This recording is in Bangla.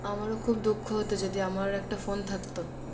আমারও খুব দুঃখ হতো যদি আমারও একটা ফোন থাকত